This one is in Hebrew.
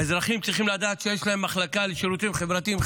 האזרחים צריכים לדעת שיש להם מחלקה חזקה לשירותים חברתיים.